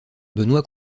benoît